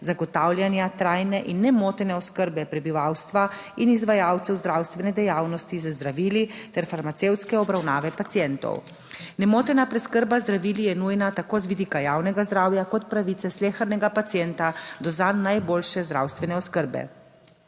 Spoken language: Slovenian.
zagotavljanja trajne in nemotene oskrbe prebivalstva in izvajalcev zdravstvene dejavnosti z zdravili ter farmacevtske obravnave pacientov. Nemotena preskrba z zdravili je nujna tako z vidika javnega zdravja kot pravice slehernega pacienta do zanj najboljše zdravstvene oskrbe.